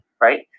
right